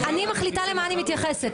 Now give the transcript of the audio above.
אני מחליטה למה אני מתייחסת.